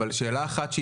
אבל שאלה אחת,